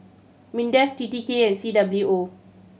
MINDEF T T K and C W O